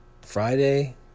Friday